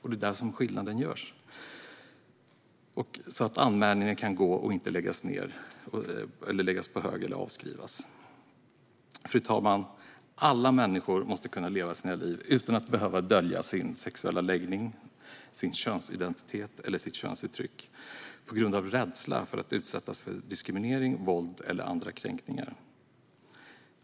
Det är där som skillnaden görs, så att anmälningar inte läggs på hög eller avskrivs. Fru talman! Alla människor måste kunna leva sina liv utan att behöva dölja sin sexuella läggning, sin könsidentitet eller sitt könsuttryck på grund av rädsla för att utsättas för diskriminering, våld eller andra kränkningar.